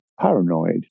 paranoid